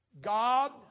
God